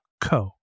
co